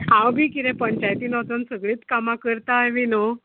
हांव बी किदें पंचायतीन वचोन सगळींच कामां करताय बी न्हू